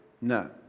No